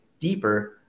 deeper